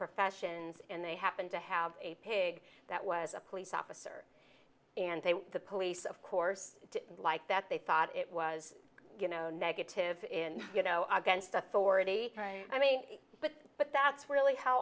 professions and they happened to have a pig that was a police officer and they the police of course didn't like that they thought it was you know negative in you know against authority i mean but but that's really how